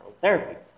therapy